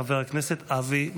חבר הכנסת אבי מעוז.